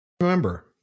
Remember